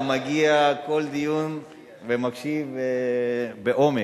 אתה מגיע לכל דיון ומקשיב בעומק.